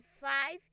five